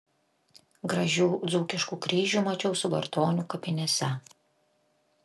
gražių dzūkiškų kryžių mačiau subartonių kapinėse